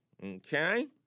Okay